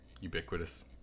ubiquitous